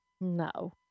No